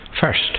First